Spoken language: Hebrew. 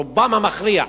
רובם המכריע,